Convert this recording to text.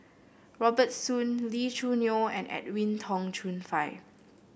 Robert Soon Lee Choo Neo and Edwin Tong Chun Fai